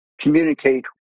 communicate